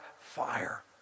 fire